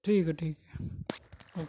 ٹھیک ہے ٹھیک ہے اوکے